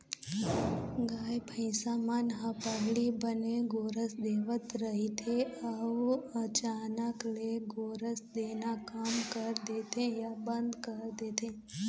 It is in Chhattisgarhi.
गाय, भइसी मन ह पहिली बने गोरस देवत रहिथे अउ अचानक ले गोरस देना कम कर देथे या बंद कर देथे